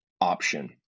option